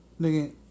Nigga